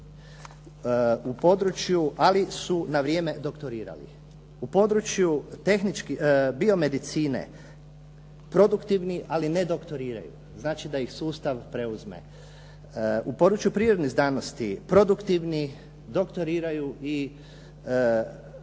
neproduktivni, ali su na vrijeme doktorirali. U području biomedicine produktivni ali ne doktoriraju, znači da ih sustav preuzme. U području prirodnih znanosti produktivni doktoriraju i